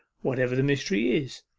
whatever the mystery is.